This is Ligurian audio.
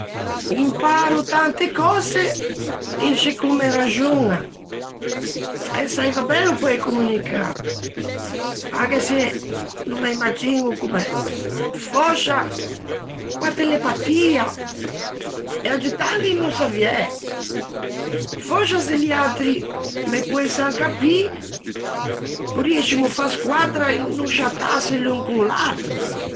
Imparo tante cöse in sce comme raxoñan, e saiva bello poei communicâ, anche se no me imagiño comme, fòscia co-a telepatia, e aggiuttâli no saviæ: fòscia se liatri me poessan capî, porriëscimo fâ squaddra e no sciätâse l'un con l'atro.